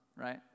right